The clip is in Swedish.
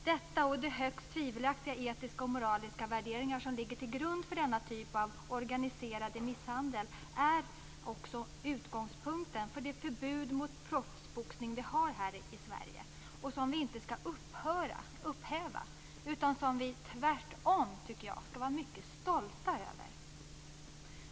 Detta och de högst tvivelaktiga etiska och moraliska värderingar som ligger till grund för denna typ av organiserad misshandel är också utgångspunkten för det förbud mot proffsboxning vi har här i Sverige och som vi inte ska upphäva, utan som vi tvärtom, tycker jag, ska vara mycket stolta över.